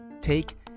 take